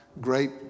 Great